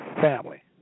family